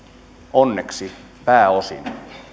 onneksi pääosin